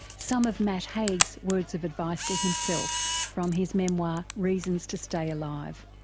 some of matt haig's words of advice to himself from his memoir reasons to stay alive.